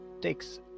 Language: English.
takes